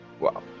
Wow